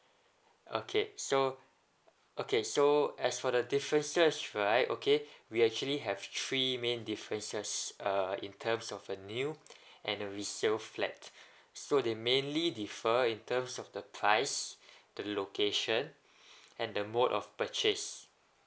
okay so okay so as for the differences right okay we actually have three main differences err in terms of a new and resale flat so they mainly differ in terms of the price the location and the mode of purchase